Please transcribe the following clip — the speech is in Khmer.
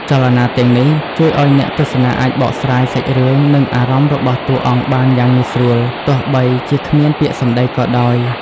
ចលនាទាំងនេះជួយឲ្យអ្នកទស្សនាអាចបកស្រាយសាច់រឿង និងអារម្មណ៍របស់តួអង្គបានយ៉ាងងាយស្រួល ទោះបីជាគ្មានពាក្យសម្តីក៏ដោយ។